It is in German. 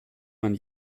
man